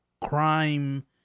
crime